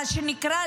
מה שנקרא,